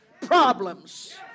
problems